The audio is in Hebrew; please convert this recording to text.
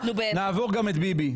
נעבור גם את ביבי.